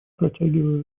протягиваю